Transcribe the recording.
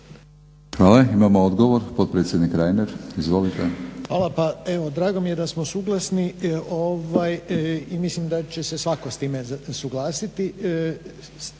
Hvala. Imamo odgovor, potpredsjednik Reiner. Izvolite. **Reiner, Željko (HDZ)** Hvala. Pa evo drago mi je da smo suglasni i mislim da će se svako s time suglasiti,